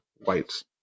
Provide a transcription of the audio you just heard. whites